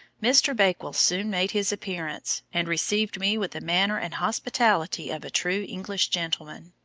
mr. bakewell soon made his appearance, and received me with the manner and hospitality of a true english gentleman.